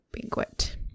banquet